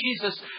Jesus